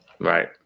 Right